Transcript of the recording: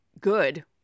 good